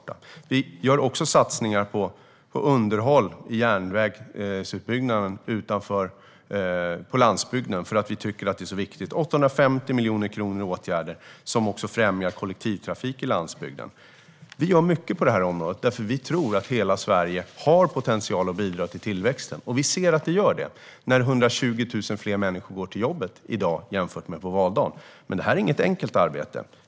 Eftersom vi tycker att det är viktigt gör vi också satsningar på underhåll av järnvägsutbyggnaden på landsbygden med 850 miljoner kronor i åtgärder, vilket också främjar kollektivtrafik på landsbygden. Vi gör mycket på det området eftersom vi tror att hela Sverige har potential att bidra till tillväxten. Vi ser också att hela Sverige gör det när 120 000 fler går till jobbet i dag jämfört med på valdagen. Det här är dock inget enkelt arbete.